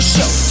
Show